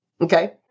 Okay